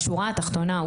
בשורה התחתונה,